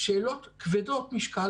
שאלות כבדות משקל,